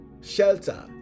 shelter